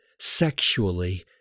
sexually